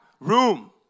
room